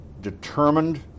determined